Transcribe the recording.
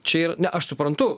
čia yra ne aš suprantu